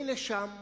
מילא שם